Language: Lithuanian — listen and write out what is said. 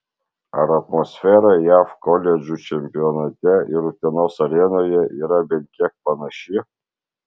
ar atmosfera jav koledžų čempionate ir utenos arenoje yra bent kiek panaši